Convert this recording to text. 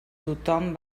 tothom